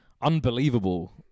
unbelievable